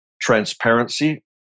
transparency